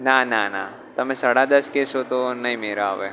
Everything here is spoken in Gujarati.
નાના ના તમે સાડા દસ કહેશો તો નહીં મેળ આવે